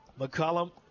McCollum